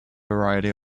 variety